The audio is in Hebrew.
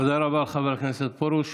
תודה רבה, חבר הכנסת פרוש.